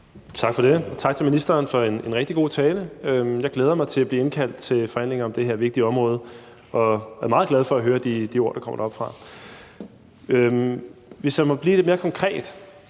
Tak for det. Og tak til ministeren for en rigtig god tale. Jeg glæder mig til at blive indkaldt til forhandlinger om det her vigtige område og er meget glad for at høre de ord, der kommer oppe fra talerstolen. Hvis jeg må blive lidt mere konkret,